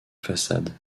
façade